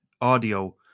audio